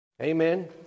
Amen